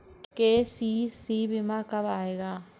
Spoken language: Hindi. के.सी.सी बीमा कब आएगा?